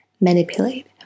manipulate